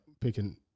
picking